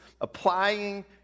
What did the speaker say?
applying